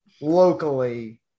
locally